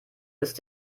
ist